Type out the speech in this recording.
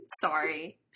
Sorry